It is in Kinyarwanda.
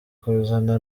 kuzana